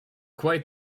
quite